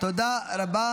תודה רבה.